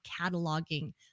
cataloging